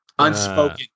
Unspoken